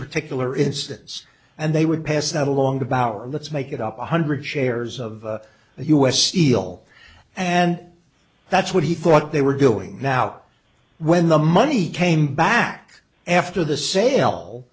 particular instance and they would pass that along to bauer let's make it up one hundred shares of the us steel and that's what he thought they were doing now when the money came back after the sale